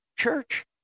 church